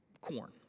corn